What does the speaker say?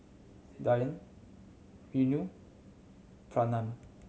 Dhyan Renu Pranav